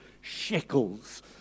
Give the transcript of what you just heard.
shekels